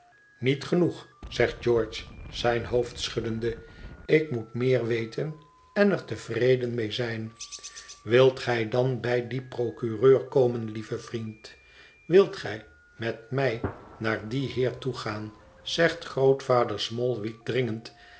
niet genoeg zegt george zijn hoofd schuddende ik moet meer weten en er tevreden mee zijn wilt gij dan bij dien procureur komen lieve vriend wilt gij met mij naar dien heer toe gaan zegt grootvader smallweed dringend